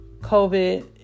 COVID